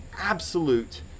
absolute